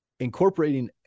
incorporating